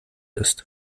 ist